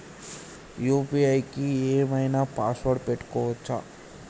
UPI కి ఏం ఐనా పాస్వర్డ్ పెట్టుకోవచ్చా?